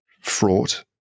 Fraught